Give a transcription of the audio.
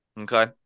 Okay